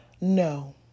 no